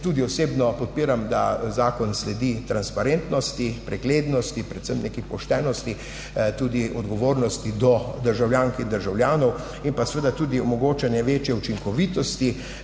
tudi osebno podpiram, da zakon sledi transparentnosti, preglednosti, predvsem neki poštenosti, tudi odgovornosti do državljank in državljanov, in pa seveda tudi omogočanje večje učinkovitosti